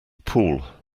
pool